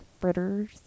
fritters